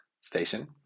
Station